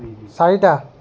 চাৰিটা